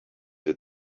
your